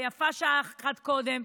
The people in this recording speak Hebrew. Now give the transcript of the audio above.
ויפה שעה אחת קודם.